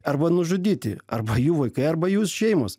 arba nužudyti arba jų vaikai arba jų šeimos